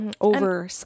over